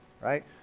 right